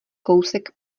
kousek